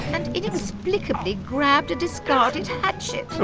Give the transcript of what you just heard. and inexplicably grabbed a discarded hatchet.